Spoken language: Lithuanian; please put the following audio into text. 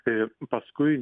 kai paskui